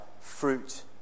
fruit